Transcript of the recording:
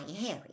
Harry